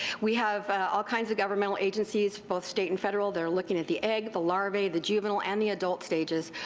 we have all kinds of governmental agencies, both state and federal, that are looking at the egg, the larvae, the juvenile and the adult stages.